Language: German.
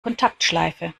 kontaktschleife